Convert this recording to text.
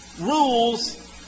rules